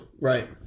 Right